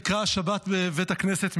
נקרא השבת בבית הכנסת,